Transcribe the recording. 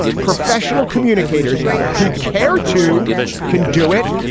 professional communicators who care to can do it.